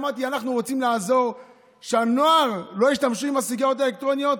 אמרתי: אנחנו רוצים לעזור שהנוער לא ישתמשו בסיגריות האלקטרוניות.